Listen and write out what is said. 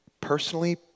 personally